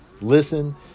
listen